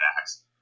acts